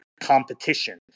competition